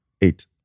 Eight